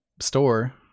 store